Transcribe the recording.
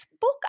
book